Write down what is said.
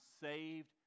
saved